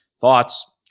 thoughts